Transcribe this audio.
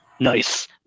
Nice